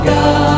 God